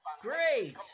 Great